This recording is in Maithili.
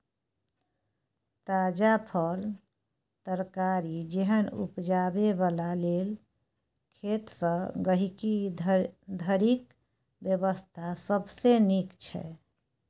ताजा फल, तरकारी जेहन उपजाबै बला लेल खेत सँ गहिंकी धरिक व्यवस्था सबसे नीक छै